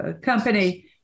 company